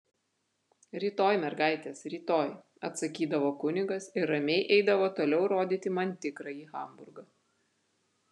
rytoj mergaitės rytoj atsakydavo kunigas ir ramiai eidavo toliau rodyti man tikrąjį hamburgą